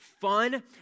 fun